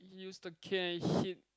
he use the cane and hit